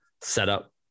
setup